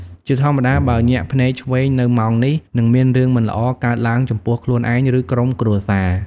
ជាធម្មតាបើ ញាក់ភ្នែកឆ្វេងនៅម៉ោងនេះ នឹងមានរឿងមិនល្អកើតឡើងចំពោះខ្លួនឯង ឬក្រុមគ្រួសារ។